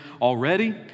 already